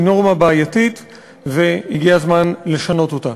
היא נורמה בעייתית והגיע הזמן לשנות אותה.